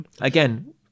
again